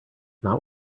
not